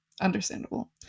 Understandable